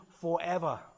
forever